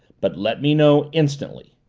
but let me know instantly.